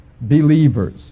believers